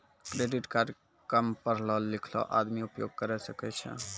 Credit card काम पढलो लिखलो आदमी उपयोग करे सकय छै?